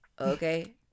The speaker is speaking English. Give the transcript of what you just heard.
okay